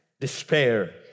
despair